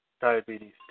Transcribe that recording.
Diabetes